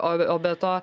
o o be to